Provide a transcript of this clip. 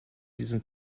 diesem